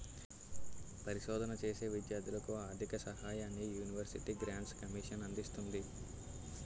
పరిశోధన చేసే విద్యార్ధులకు ఆర్ధిక సహాయాన్ని యూనివర్సిటీ గ్రాంట్స్ కమిషన్ అందిస్తుంది